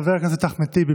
חבר הכנסת אחמד טיבי,